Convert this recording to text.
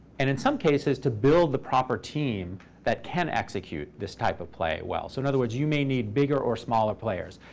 and in some cases, to build the proper team that can execute this type of play well. so in other words, you may need bigger or smaller players,